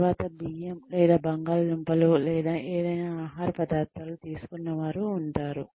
తరువాత బియ్యం లేదా బంగాళాదుంపలు లేదా ఏదైనా ఆహార పదార్థాలు తీసుకున్నవారు ఉంటారు